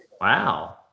Wow